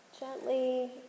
gently